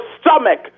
stomach